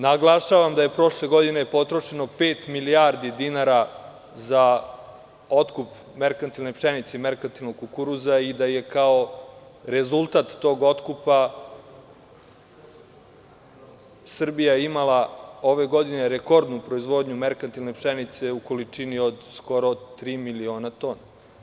Naglašavam da je prošle godine potrošeno pet milijardi dinara za otkup merkantilne pšenice i merkantilnog kukuruza i da je kao rezultat tog otkupa Srbija imala ove godine rekordnu proizvodnju merkantilne pšenice u količini od skoro tri miliona tona.